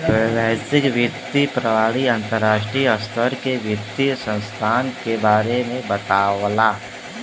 वैश्विक वित्तीय प्रणाली अंतर्राष्ट्रीय स्तर के वित्तीय संस्थान के बारे में बतावला